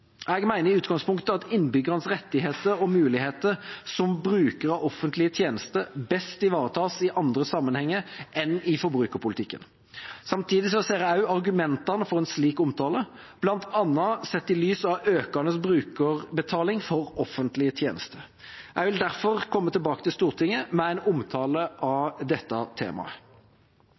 Jeg mener i utgangspunktet at innbyggernes rettigheter og muligheter som brukere av offentlige tjenester best ivaretas i andre sammenhenger enn i forbrukerpolitikken. Samtidig ser jeg også argumentene for en slik omtale, bl.a. sett i lys av økende brukerbetaling for offentlige tjenester. Jeg vil derfor komme tilbake til Stortinget med en omtale av dette temaet.